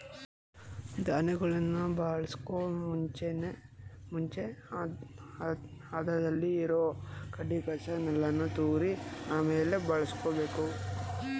ಧಾನ್ಯಗಳನ್ ಬಳಸೋಕು ಮುಂಚೆ ಅದ್ರಲ್ಲಿ ಇರೋ ಕಸ ಕಡ್ಡಿ ಯಲ್ಲಾನು ತೂರಿ ಆಮೇಲೆ ಬಳುಸ್ಕೊಬೇಕು